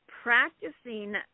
practicing